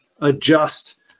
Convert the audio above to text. adjust